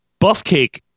Buffcake